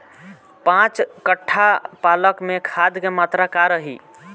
पाँच कट्ठा पालक में खाद के मात्रा का रही?